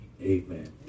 Amen